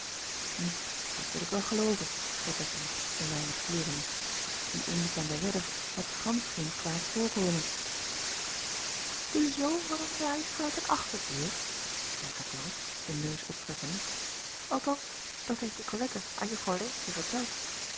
u dat wil ik wel gelooven zeî ettemie een weinig kleurende die onbekende redder had gansch geen kwaad voorkomen e zoon van een naaister uit een achterbuurt zeî atoo den neus optrekkende althans dat heeft icolette aan uffrouw eentje verteld